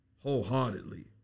wholeheartedly